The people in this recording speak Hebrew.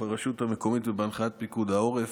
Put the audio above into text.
הרשות המקומית ובהנחיית פיקוד העורף.